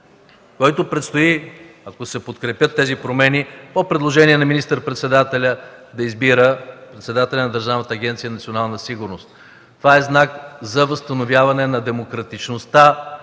който предстои, ако се подкрепят тези промени, по предложение на министър-председателя да избира председател на Държавна агенция „Национална сигурност”. Това е знак за възстановяване на демократичността